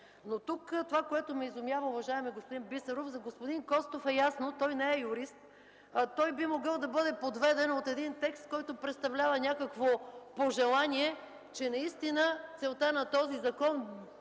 дейност. Това, което ме изумява тук, уважаеми господин Бисеров. За господин Костов е ясно, той не е юрист, той би могъл да бъде подведен от един текст, който представлява някакво пожелание, че наистина целта на този закон